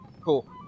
Cool